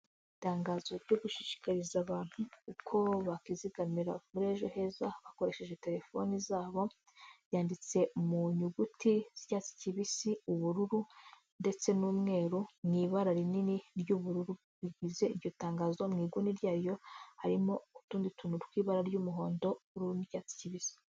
Itangazo ryo gushishikariza abantu uko bakizigamira muri ejo heza, bakoresheje telefone zabo, yanditse mu nyuguti z'icyatsi kibisi, ubururu ndetse n'umweru, mu ibara rinini ry'ubururu rigize iryo tangazo, mu nguni ryayo harimo utundi tuntu tw'ibara ry'umuhondo n'icyatsi kibisi.